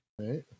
Right